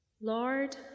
Lord